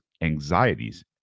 anxieties